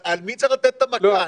על מי צריך לתת את המכה?